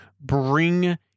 bring